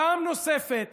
פעם נוספת